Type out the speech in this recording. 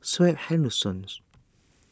Shepherdsons